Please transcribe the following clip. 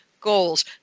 goals